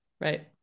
Right